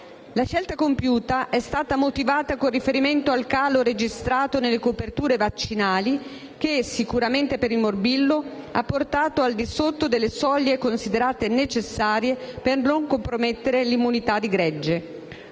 La scelta compiuta è stata motivata con riferimento al calo registrato nelle coperture vaccinali che (sicuramente per il morbillo) ha portato al di sotto delle soglie considerate necessarie per non compromettere l'immunità di gregge.